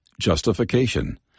justification